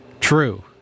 True